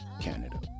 Canada